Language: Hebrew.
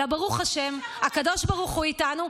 אלא ברוך השם הקדוש ברוך הוא איתנו,